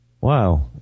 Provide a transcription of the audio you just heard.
wow